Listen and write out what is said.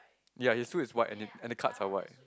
ya his suit is white and the and the cuts are white